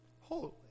holy